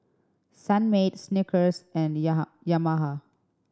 Sunmaid Snickers and Yamaha